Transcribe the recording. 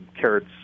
carrots